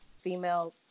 female